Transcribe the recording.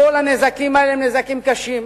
כל הנזקים האלה הם נזקים קשים.